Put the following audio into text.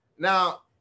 Now